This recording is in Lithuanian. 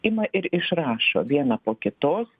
ima ir išrašo vieną po kitos